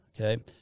okay